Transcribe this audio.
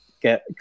get